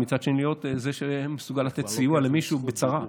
ומצד שני להיות זה שמסוגל לתת סיוע למישהו בצרה.